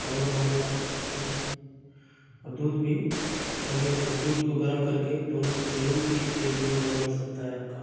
और हमारे हिसाब से तो और दूध भी पनीर दूध को गरम करके दोनों मीटिन्ग में पीकर भी वज़न बढ़ सकता है आपका